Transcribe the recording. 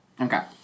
Okay